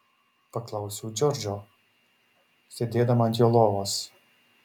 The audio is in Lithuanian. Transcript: paklausiau džordžo sėdėdama ant jo lovos